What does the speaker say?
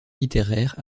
littéraire